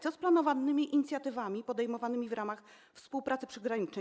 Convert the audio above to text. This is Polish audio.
Co z planowanymi inicjatywami podejmowanymi w ramach współpracy przygranicznej?